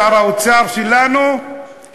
שר האוצר שלנו,